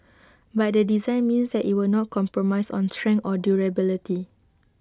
but the design means that IT will not compromise on strength or durability